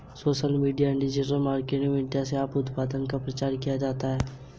social media या digital marketing की मदद से अपने उत्पाद का प्रचार किया जाता है